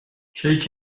کیک